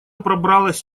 пробралась